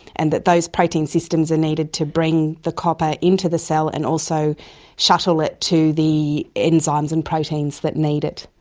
and that those protein systems are needed to bring the copper into the cell and also shuttle it to the enzymes and proteins that need it.